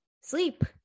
Sleep